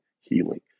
healing